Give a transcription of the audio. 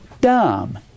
Dumb